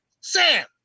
Sam